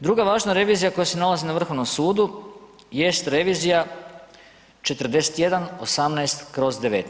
Druga važna revizija koja se nalazi na vrhovnom sudu jest revizija 4118/